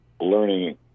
learning